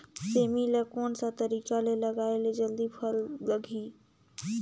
सेमी ला कोन सा तरीका से लगाय ले जल्दी फल लगही?